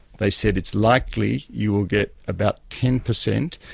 they said, it's likely you will get about ten percent,